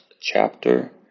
chapter